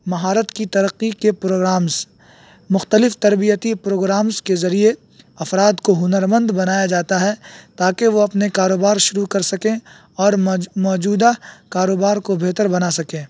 مہارت کی ترقی کے پروگرامس مختلف تربیتی پروگرامس کے ذریعے افراد کو ہنرمند بنایا جاتا ہے تاکہ وہ اپنے کاروبار شروع کر سکیں اور موجودہ کاروبار کو بہتر بنا سکیں